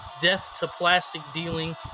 death-to-plastic-dealing